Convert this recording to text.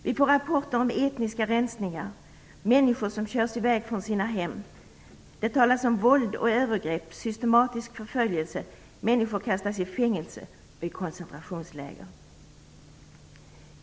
Vi får rapporter om etniska rensningar och människor som körs i väg från sina hem. Det talas om våld och övergrepp och om systematisk förföljelse. Människor kastas i fängelse och i koncentrationsläger.